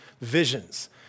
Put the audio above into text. visions